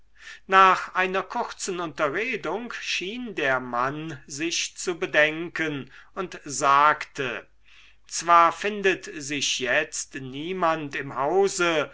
nach einer kurzen unterredung schien der mann sich zu bedenken und sagte zwar findet sich jetzt niemand im hause